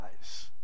eyes